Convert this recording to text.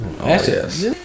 Yes